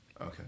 Okay